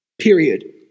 Period